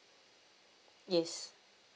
yes